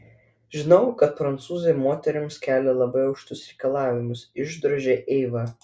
žinau kad prancūzai moterims kelia labai aukštus reikalavimus išdrožė eiva